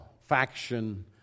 faction